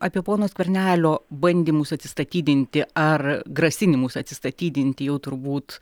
apie pono skvernelio bandymus atsistatydinti ar grasinimus atsistatydinti jau turbūt